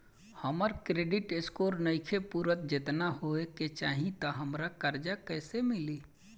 हमार credit score नईखे पूरत जेतना होए के चाही त हमरा कर्जा कैसे मिली?